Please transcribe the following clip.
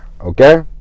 Okay